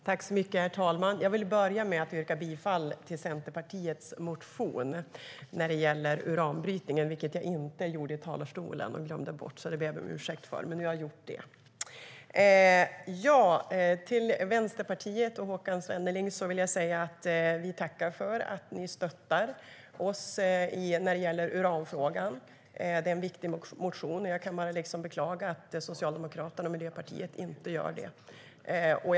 Herr ålderspresident! Jag vill börja med att yrka bifall till Centerpartiets motion när det gäller uranbrytning, vilket jag inte gjorde i talarstolen. Jag glömde bort det, och det ber jag om ursäkt för. Nu har jag dock gjort det. Till Vänsterpartiet och Håkan Svenneling vill jag säga att vi tackar för att ni stöttar oss när det gäller uranfrågan. Det är en viktig motion, och jag kan bara beklaga att Socialdemokraterna och Miljöpartiet inte stöttar oss.